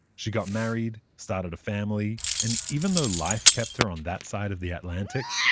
she got married, started a family, and even though life kept her on that side of the atlantic,